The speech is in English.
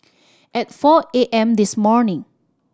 at four A M this morning